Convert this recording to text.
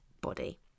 body